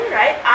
right